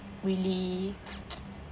really